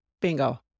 Bingo